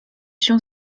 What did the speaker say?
się